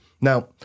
Now